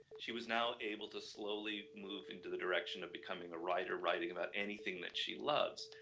she was now able to slowly move into the direction of becoming a writer writing about anything that she loves,